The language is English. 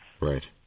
Right